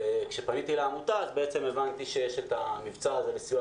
וכשפניתי לעמותה הבנתי שיש המבצע הזה של סיוע